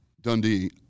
Dundee